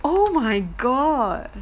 oh my god